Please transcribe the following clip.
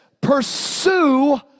Pursue